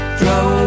Throw